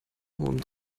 hohem